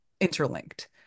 interlinked